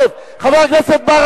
הוא לא אמר שום דבר